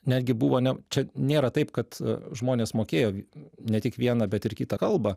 netgi buvo ne čia nėra taip kad žmonės mokėjo ne tik vieną bet ir kitą kalbą